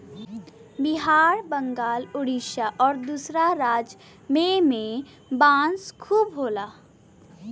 बिहार बंगाल उड़ीसा आउर दूसर राज में में बांस खूब होला